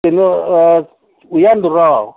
ꯀꯩꯅꯣ ꯎꯌꯥꯟꯗꯨꯔꯣ